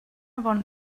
want